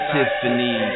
Tiffany